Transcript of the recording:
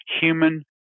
human